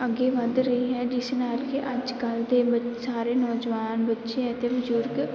ਅੱਗੇ ਵੱਧ ਰਹੀ ਹੈ ਜਿਸ ਨਾਲ਼ ਕਿ ਅੱਜ ਕੱਲ੍ਹ ਦੇ ਬ ਸਾਰੇ ਨੌਜਵਾਨ ਬੱਚੇ ਅਤੇ ਬਜ਼ੁਰਗ